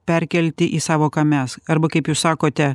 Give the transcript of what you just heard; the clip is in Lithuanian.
perkelti į sąvoką mes arba kaip jūs sakote